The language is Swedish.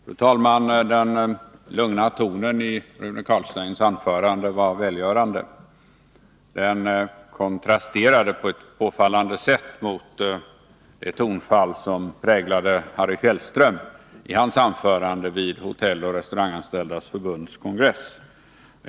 Fru talman! Den lugna tonen i Rune Carlsteins anförande var välgörande. Den kontrasterade på ett tilltalande sätt mot det tonfall som präglade Harry Fjällström i hans anförande vid Hotelloch restauranganställdas förbunds kongress.